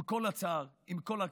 עם כל הצער, עם כל הכאב,